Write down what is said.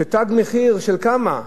זה תג מחיר של כמה?